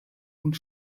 und